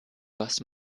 was